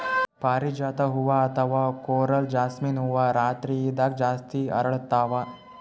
ಪಾರಿಜಾತ ಹೂವಾ ಅಥವಾ ಕೊರಲ್ ಜಾಸ್ಮಿನ್ ಹೂವಾ ರಾತ್ರಿದಾಗ್ ಜಾಸ್ತಿ ಅರಳ್ತಾವ